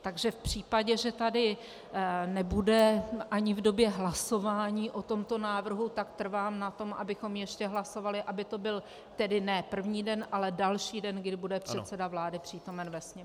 Takže v případě, že tady nebude ani v době hlasování o tomto návrhu, trvám na tom, abychom ještě hlasovali, aby to byl tedy ne první den, ale další den, kdy bude předseda vlády přítomen ve Sněmovně.